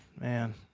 man